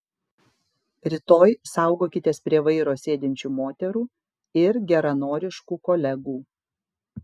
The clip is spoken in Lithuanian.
rytoj saugokitės prie vairo sėdinčių moterų ir geranoriškų kolegų